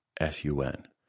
S-U-N